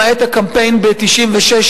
למעט הקמפיין ב-1996,